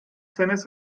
seines